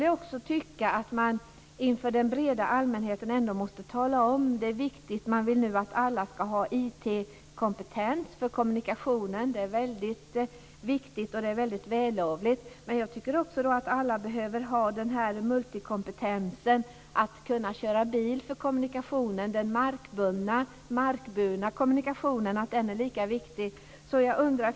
Jag tycker att man inför den breda allmänheten ändå måste tala om hur viktigt det är att alla har IT-kompetens för kommunikationer. Det är väldigt viktigt och vällovligt. Men jag tycker också att alla behöver ha den här multikompetensen, att kunna köra bil, den markbundna och markburna kommunikationen. Den är lika viktig.